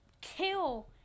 kill